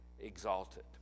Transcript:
Exalted